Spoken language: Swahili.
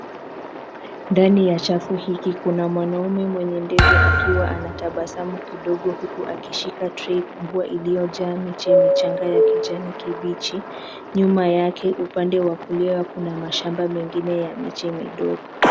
Ndani ya chafu hiki kuna mwanaume mwenye ndevu akiwa anatabasamu kidogo huku akishika trei kubwa iliyojaa miche michanga ya kijani kibichi, nyuma yake upande wakulia kuna mashamba mengine ya miche midogo.